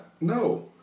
No